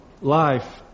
life